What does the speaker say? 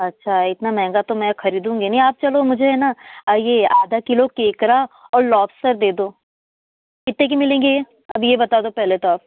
अच्छा इतना महँगा तो मैं खरीदूँगी नहीं आप चलो मुझे ना यह आधा किलो केंकड़ा और लौप्सर दे दो कितने की मिलेगी यह अब यह बता दो पहले तो आप